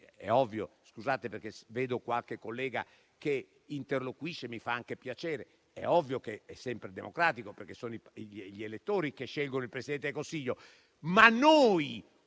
*(Commenti).* Vedo qualche collega che interloquisce e mi fa anche piacere. È ovvio che è sempre democratico, perché sono gli elettori che scelgono il Presidente del Consiglio, ma noi